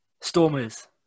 Stormers